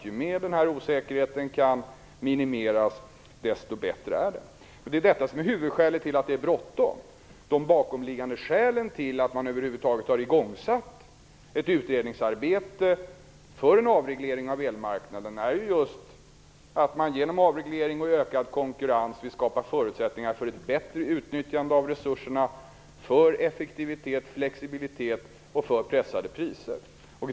Ju mer osäkerheten kan minimeras, desto bättre är det. Det är detta som är huvudskälet till att det är bråttom. De bakomliggande skälen till att ett utredningsarbete har satts i gång för en avreglering av elmarknaden är ju just att med hjälp av avreglering och ökad konkurrens vill skapa förutsättningar för ett bättre utnyttjande av resurserna för effektivitet och flexibilitet och för pressade priser.